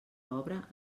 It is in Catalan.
obra